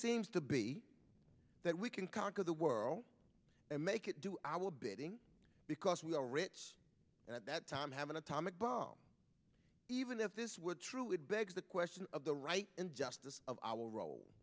seems to be that we can conquer the world and make it do our bidding because we are rich and at that time have an atomic bomb even if this were true it begs the question of the right injustice of our role